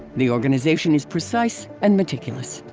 the organization is precise and meticulous.